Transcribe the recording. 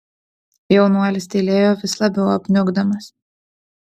jaunuolis tylėjo vis labiau apniukdamas